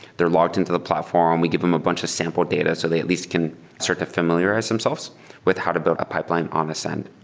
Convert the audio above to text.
they're logged into the platform. we give them a bunch of sample data so they at least can sort of familiarize themselves with how to build a pipeline on ascend.